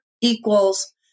equals